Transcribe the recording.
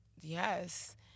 Yes